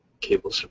cable